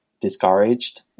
discouraged